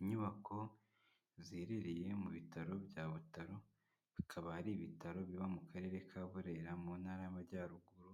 Inyubako ziherereye mu bitaro bya butaro, bikaba ari ibitaro biba mu karere ka burera mu ntara y'amajyaruguru